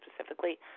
specifically